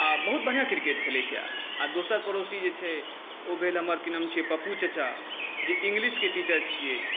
आओर बहुत बढ़िआँ किरकेट खेलै छै आओर दोसर पड़ोसी जे छै ओ भेल हमरकि नाम छिए पप्पू चचा जे इङ्गलिशके टीचर छिए